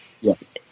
Yes